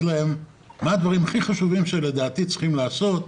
להם מה הדברים הכי חשובים שלדעתי צריך לעשות,